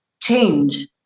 change